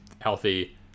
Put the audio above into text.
healthy